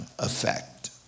Effect